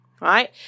right